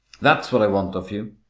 that's what i want of you.